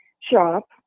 shop